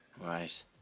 Right